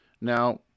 now